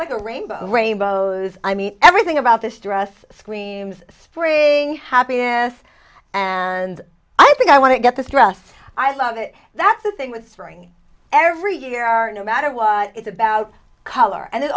like a rainbow rainbows i mean everything about this dress screams spring happiness and i think i want to get this dress i love it that's the thing with spring every year are no matter what it's about color and